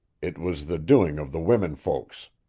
it was the doing of the women folks.